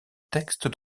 texte